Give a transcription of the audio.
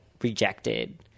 rejected